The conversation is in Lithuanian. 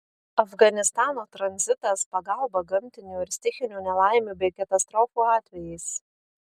afganistano tranzitas pagalba gamtinių ir stichinių nelaimių bei katastrofų atvejais